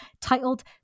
titled